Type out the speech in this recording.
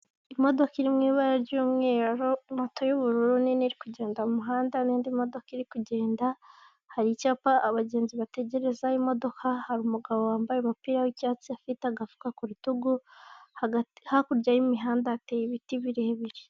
Imodoka iri mu ibara ry'umweru, moto y'ubururu nini iri kugenda mu muhanda n'indi modoka iri kugenda, hari icyapa abagenzi bategerezaho imodoka, hari umugabo wambaye umupira w'icyatsi afite agafuka ku rutugu, hakurya y'imihanda hateye ibiti birebire.